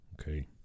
okay